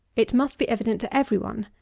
it must be evident to every one,